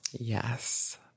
Yes